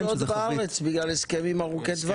-- ללא תנודות בארץ בגלל שזה הסכמים ארוכי טווח.